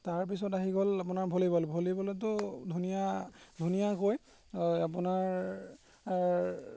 তাৰপিছত আহি গ'ল আপোনাৰ ভলীবল ভলীবলতো ধুনীয়া ধুনীয়াকৈ আপোনাৰ আৰ